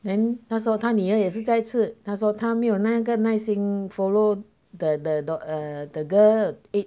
then 那时候她女儿也是在吃她说她没有那个耐心 follow the the dau~ the girl eat